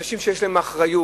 אנשים שיש להם אחריות,